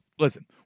Listen